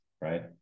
right